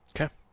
Okay